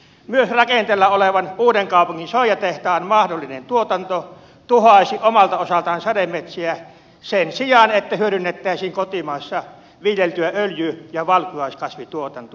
myös rakenteilla olevan uudenkaupungin soijatehtaan mahdollinen tuotanto tuhoaisi omalta osaltaan sademetsiä sen sijaan että hyödynnettäisiin kotimaassa viljeltyä öljy ja valkuaiskasvituotantoa